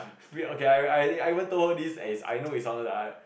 free okay I I I even told her this as in I know it sounded like